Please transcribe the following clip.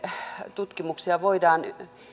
tutkimuksia voidaan